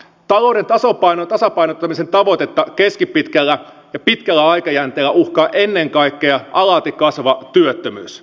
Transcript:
talouden tasapainottamisen tavoitetta keskipitkällä ja pitkällä aikajänteellä uhkaa ennen kaikkea alati kasvava työttömyys